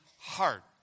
heart